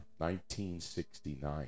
1969